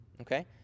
Okay